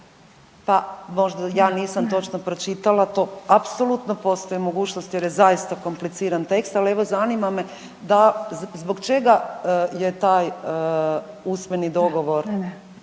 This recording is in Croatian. pa možda ja nisam točno pročitala, to apsolutno postoji mogućnost jer je zaista kompliciran tekst, al evo zanima me zbog čega je taj usmeni dogovor,